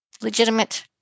legitimate